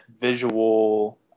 visual